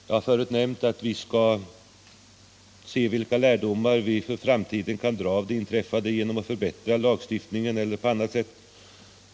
Jag har förut nämnt att vi skall undersöka vilka lärdomar vi kan dra av det inträffade och förbättra lagstiftningen eller vidta andra åtgärder.